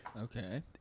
Okay